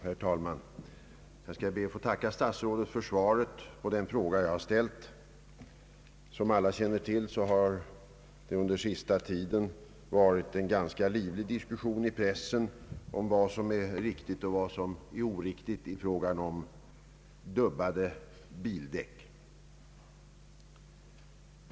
Herr talman! Jag ber att få tacka statsrådet för svaret på den fråga jag ställt. Som alla känner till har under sista tiden en ganska livlig diskussion ägt rum i pressen om vad som är riktigt och vad som är oriktigt i fråga om dubbade bildäck.